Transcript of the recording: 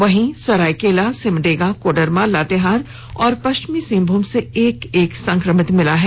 वहीं सरायकेला सिमडेगा कोडरमा लातेहार और पश्चिमी सिंहभूम से एक एक संक्रमित मिले हैं